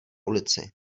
ulici